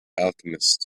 alchemist